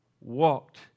walked